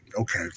okay